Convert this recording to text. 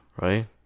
right